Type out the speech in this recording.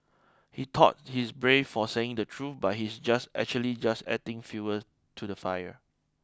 he thought he's brave for saying the truth but he's just actually just adding fuel to the fire